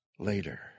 Later